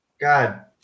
God